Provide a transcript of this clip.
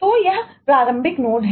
तो यह एक प्रारंभिक नोड